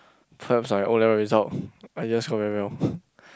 times I O-level result I just score very well